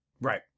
Right